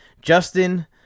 Justin